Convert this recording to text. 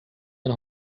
ein